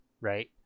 right